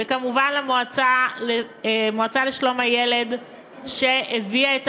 וכמובן למועצה לשלום הילד שהביאה את